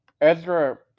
Ezra